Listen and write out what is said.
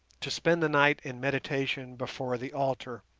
to spend the night in meditation before the altar.